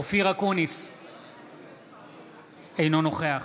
אינו נוכח